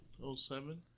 07